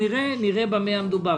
נראה במה מדובר.